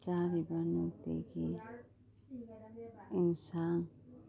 ꯆꯥꯔꯤꯕ ꯅꯨꯡꯇꯤꯒꯤ ꯌꯦꯟꯁꯥꯡ